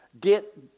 get